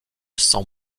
sans